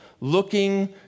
Looking